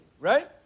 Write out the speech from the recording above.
right